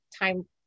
time